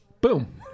Boom